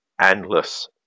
endless